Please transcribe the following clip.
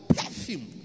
perfume